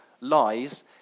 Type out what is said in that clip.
lies